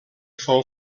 fou